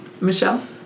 Michelle